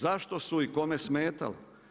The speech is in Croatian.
Zašto su i kome smetali?